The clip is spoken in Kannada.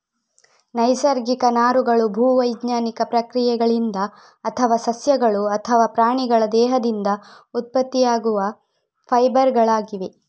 ನೈಸರ್ಗಿಕ ನಾರುಗಳು ಭೂ ವೈಜ್ಞಾನಿಕ ಪ್ರಕ್ರಿಯೆಗಳಿಂದ ಅಥವಾ ಸಸ್ಯಗಳು ಅಥವಾ ಪ್ರಾಣಿಗಳ ದೇಹದಿಂದ ಉತ್ಪತ್ತಿಯಾಗುವ ಫೈಬರ್ ಗಳಾಗಿವೆ